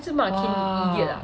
!wah!